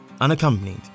unaccompanied